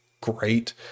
great